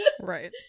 Right